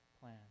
plan